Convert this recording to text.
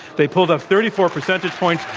they pulled up thirty four percentage points.